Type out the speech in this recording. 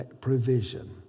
provision